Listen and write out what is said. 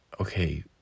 okay